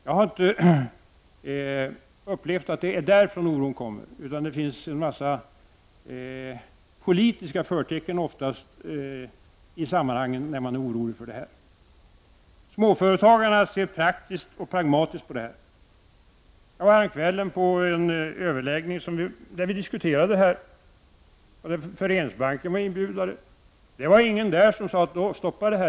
Jag har inte upplevt att det är där oron finns, utan det finns oftast en massa politiska förtecken med i sammanhanget när man är orolig för detta. Småföretagarna ser praktiskt och pragmatiskt på detta. Jag var häromkvällen på en överläggning där vi diskuterade dessa frågor. Föreningsbanken var inbjudare. Det var ingen där som sade att man skall stoppa det här.